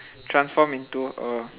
transform into a